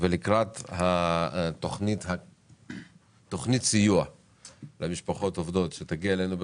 לקראת תכנית הסיוע למשפחות עובדות שתגיע אלינו בקרוב,